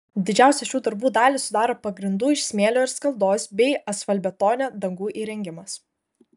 didžiausią šių darbų dalį sudaro pagrindų iš smėlio ir skaldos bei asfaltbetonio dangų įrengimas